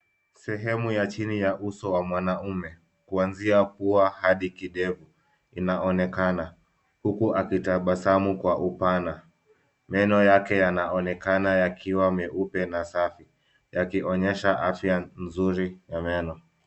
Sehemu ya chini ya uso wa mwanaume kuanzia pua hadi kidevu inaonekana huku akitabasamu kwa upana . Meno yake yanaonekana yakiwa meupe na safi yakionyesha afya nzuri ya meno.